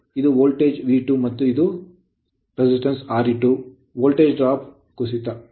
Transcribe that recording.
ಎರಡೂ phase ಲ್ಲಿದ್ದರೆ ಇದು ವೋಲ್ಟೇಜ್ V2 ಮತ್ತು ಇದು ಪ್ರತಿರೋಧ Re2 ರಾದ್ಯಂತ ವೋಲ್ಟೇಜ್ drop ಕುಸಿತ